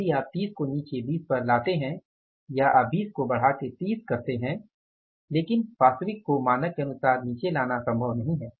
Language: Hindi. यदि आप 30 को नीचे 20 पर लाते हैं या आप 20 को बढांके 30 करते है लेकिन वास्तविक को मानक के अनुसार निचे लाना लाना संभव नहीं है